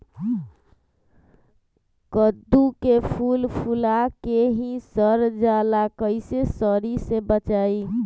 कददु के फूल फुला के ही सर जाला कइसे सरी से बचाई?